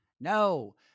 No